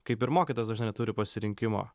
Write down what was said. kaip ir mokytojas dažnai neturi pasirinkimo